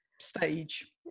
stage